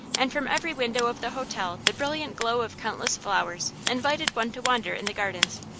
and from every window of the hotel the brilliant glow of countless flowers invited one to wander in the gardens,